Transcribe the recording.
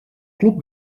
club